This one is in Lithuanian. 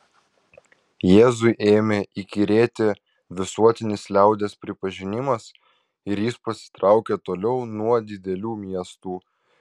jėzui ėmė įkyrėti visuotinis liaudies pripažinimas ir jis pasitraukė toliau nuo didelių miestų